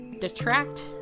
detract